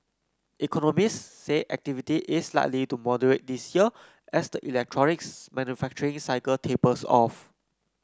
economists say activity is likely to moderate this year as the electronics manufacturing cycle tapers off